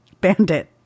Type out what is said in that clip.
Bandit